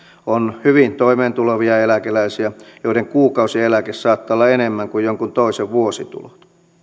on hyvin toimeentulevia eläkeläisiä joiden kuukausieläke saattaa olla enemmän kuin jonkun toisen vuositulot